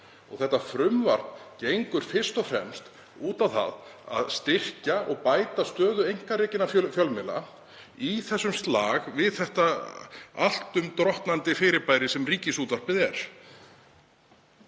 Þetta frumvarp gengur fyrst og fremst út á það að styrkja og bæta stöðu einkarekinna fjölmiðla í þessum slag við þetta allt um drottnandi fyrirbæri sem Ríkisútvarpið er.